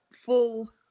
full